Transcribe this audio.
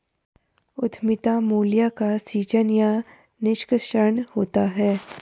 उद्यमिता मूल्य का सीजन या निष्कर्षण होता है